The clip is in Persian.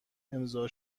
امضا